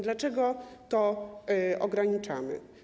Dlaczego to ograniczamy?